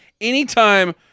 anytime